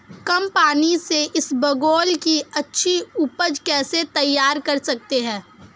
कम पानी से इसबगोल की अच्छी ऊपज कैसे तैयार कर सकते हैं?